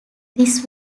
this